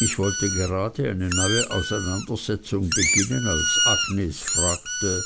ich wollte gerade eine neue auseinandersetzung beginnen als agnes fragte